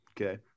Okay